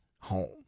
home